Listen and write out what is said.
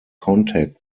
contact